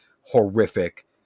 horrific